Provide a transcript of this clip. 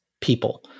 people